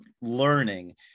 learning